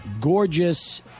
gorgeous